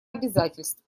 обязательств